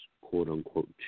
quote-unquote